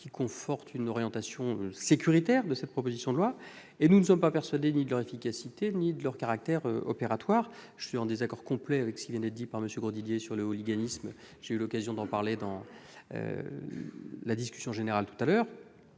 qui confirment l'orientation sécuritaire de ce texte. Nous ne sommes persuadés ni de leur efficacité ni de leur caractère opératoire. Je suis en désaccord complet avec ce qui vient d'être dit par M. Grosdidier sur le hooliganisme, j'ai eu l'occasion de l'évoquer lors de la discussion générale. Face à la